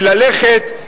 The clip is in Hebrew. וללכת,